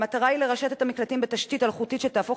המטרה היא לרשת את המקלטים בתשתית אלחוטית שתהפוך